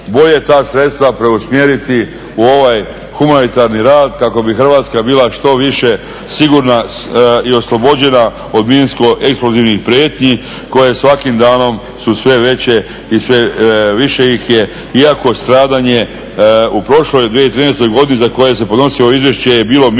Bolje ta sredstva preusmjeriti u ovaj humanitarni rad kako bi Hrvatska bila što više sigurna i oslobođena od minskoeksplozivnih prijetnji koje svakim danom su sve veće i sve više ih je iako stradanje u prošloj 2013.godini za koje se podnosi ovo izvješće je bilo minimalno